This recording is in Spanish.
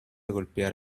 golpear